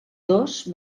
dos